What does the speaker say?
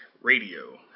Radio